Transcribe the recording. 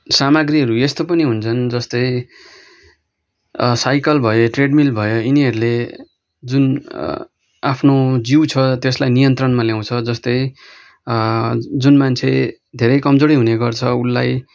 सामाग्रीहरू यस्तो पनि हुन्छन् जस्तै साइकल भयो ट्रेड मिल भयो यिनीहरूले जुन आफ्नो जिउ छ त्यसलाई नियन्त्रणमा ल्याउँछ जस्तै जुन मान्छे धेरै कमजोरी हुने गर्छ उसलाई